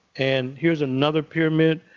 and here's another pyramid.